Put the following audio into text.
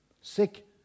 sick